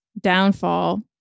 downfall